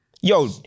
yo